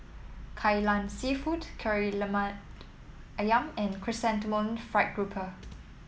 Kai Lan seafood Kari Lemak ayam and Chrysanthemum Fried Grouper